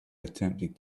attempting